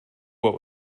what